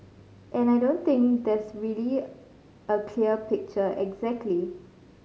and I don't think there's a really clear picture exactly